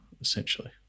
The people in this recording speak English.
essentially